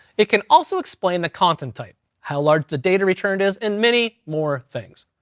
it can also explain the content type, how large the data return is, and many more things.